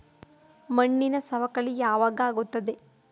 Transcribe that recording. ಮಣ್ಣಿನ ಸವಕಳಿ ಯಾವಾಗ ಆಗುತ್ತದೆ?